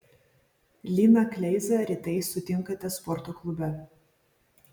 liną kleizą rytais sutinkate sporto klube